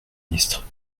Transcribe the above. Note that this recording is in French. ministre